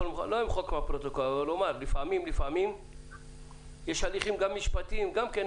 סליחה, לפעמים יש גם הליכים משפטיים.